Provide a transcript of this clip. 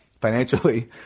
financially